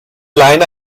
leine